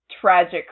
tragic